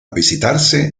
visitarse